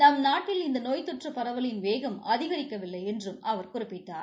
நம் நாட்டில் இந்த நோய் தொற்று பரவலின் வேகம் அதிகிக்கவில்லை என்றும் அவர் குறிப்பிட்டார்